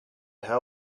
how